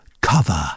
cover